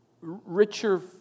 richer